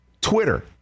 Twitter